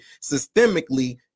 systemically